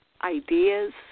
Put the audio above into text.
ideas